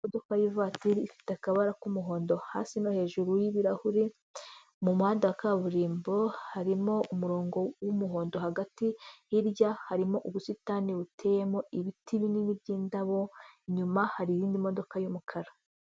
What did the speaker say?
Imodoka y'ivatiri ifite akabara k'umuhondo hasi no hejuru y'ibirahure, mu muhanda wa kaburimbo harimo umurongo w'umuhondo hagati, hirya harimo ubusitani buteyemo ibiti binini by'indabo, inyuma hari yindi modoka y'umukara.